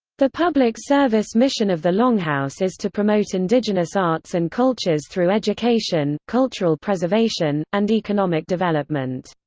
the public service mission of the longhouse is to promote indigenous arts and cultures through education, cultural preservation, and economic development.